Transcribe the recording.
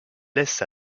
laisse